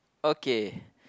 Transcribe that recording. okay